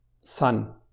sun